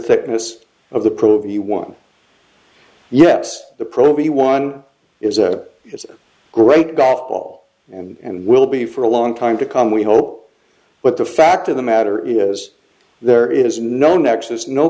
thickness of the proview one yes the probie one is a great golf ball and will be for a long time to come we hope but the fact of the matter is there is no n